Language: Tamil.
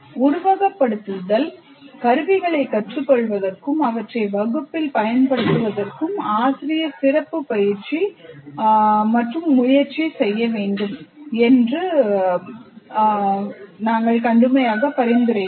உருவகப்படுத்துதல் கருவிகளைக் கற்றுக்கொள்வதற்கும் அவற்றை வகுப்பில் பயன்படுத்துவதற்கும் ஆசிரியர் சிறப்பு முயற்சி செய்ய வேண்டும் என்று நாங்கள் கடுமையாக பரிந்துரைக்கிறோம்